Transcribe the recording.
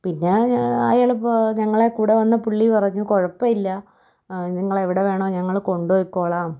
പിന്നേ അയാള് ഞങ്ങളെ കൂടെ വന്ന പുള്ളി പറഞ്ഞു കുഴപ്പമില്ല നിങ്ങളെ എവിടെ വേണോ ഞങ്ങള് കൊണ്ടുപൊയ്ക്കോളാം